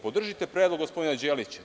Podržite predlog gospodina Đelića.